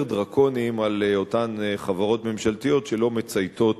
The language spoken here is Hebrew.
דרקוניים על אותן חברות ממשלתיות שלא מצייתות